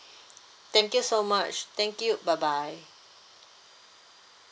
thank you so much thank you bye bye